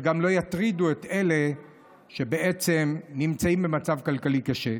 שגם לא יטרידו את אלה שבעצם נמצאים במצב כלכלי קשה.